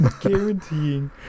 guaranteeing